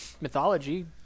mythology